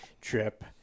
trip